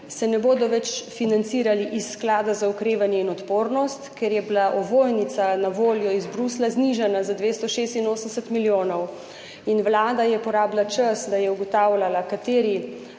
se ne bodo več financirali iz sklada za okrevanje in odpornost, ker je bila ovojnica, na voljo iz Bruslja, znižana za 286 milijonov. In Vlada je porabila čas, da je ugotavljala, kateri